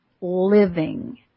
living